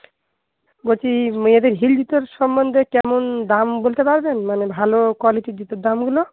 বলছি মেয়েদের হিল জুতোর সম্বন্ধে কেমন দাম বলতে পারবেন মানে ভালো কোয়ালিটির জুতোর দামগুলো